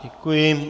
Děkuji.